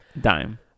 Dime